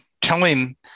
telling